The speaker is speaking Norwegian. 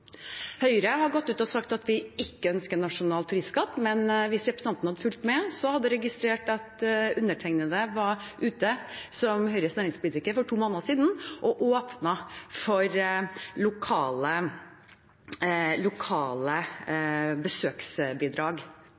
Høyre har gått ut og sagt at vi ikke ønsker nasjonal turistskatt, men hvis representanten hadde fulgt med, hadde hun registrert at undertegnede for to måneder siden var ute som Høyres næringspolitiker og åpnet for lokale besøksbidrag. De rettslige rammene for